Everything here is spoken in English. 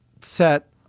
set